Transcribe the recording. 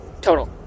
total